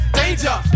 danger